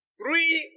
three